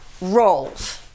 roles